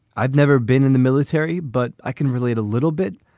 i'd never been in the military, but i can relate a little bit.